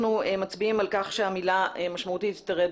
אנחנו מצביעים על כך שהמילה 'משמעותית' תרד